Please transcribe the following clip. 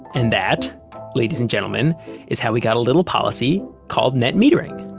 and that ladies and gentlemen is how we got a little policy called net metering